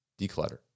Declutter